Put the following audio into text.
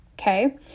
Okay